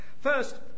First